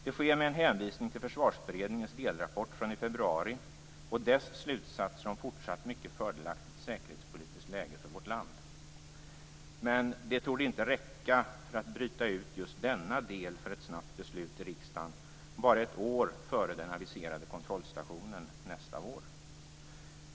Det sker med en hänvisning till Försvarsberedningens delrapport från februari och dess slutsatser om ett fortsatt mycket fördelaktigt säkerhetspolitiskt läge för vårt land. Detta torde dock inte räcka för att bryta ut just denna del för ett snabbt beslut i riksdagen bara ett år före den aviserade kontrollstationen nästa vår.